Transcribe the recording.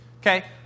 Okay